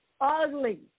ugly